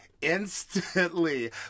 instantly